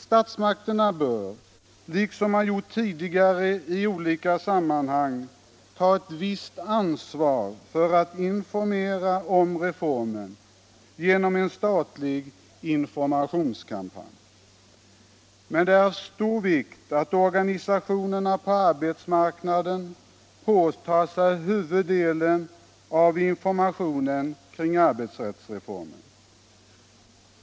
Statsmakterna bör, liksom man gjort tidigare i olika sammanhang, ta ett visst ansvar för att informera om reformen genom en statlig informationskampanj. Men det är av stor vikt att organisationerna på arbetsmarknaden påtar sig huvuddelen av informationen kring arbetsrättsreformen.